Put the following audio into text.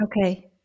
Okay